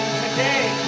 today